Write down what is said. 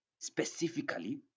specifically